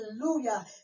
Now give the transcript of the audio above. Hallelujah